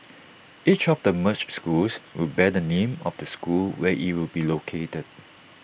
each of the merged schools will bear the name of the school where IT will be located